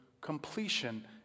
completion